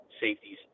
safeties